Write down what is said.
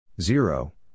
Zero